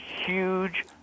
huge